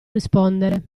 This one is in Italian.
rispondere